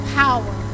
power